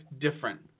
different